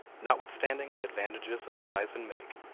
notwithstanding the advantages of size and make,